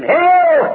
hell